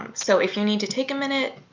um so if you need to take a minute,